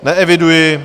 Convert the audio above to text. Neeviduji.